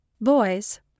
Boys